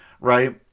right